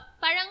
parang